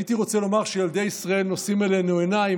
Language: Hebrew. הייתי רוצה לומר שילדי ישראל נושאים אלינו עיניים,